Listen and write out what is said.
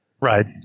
Right